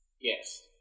Yes